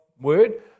word